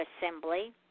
assembly